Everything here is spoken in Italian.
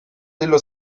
dello